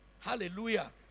Hallelujah